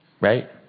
Right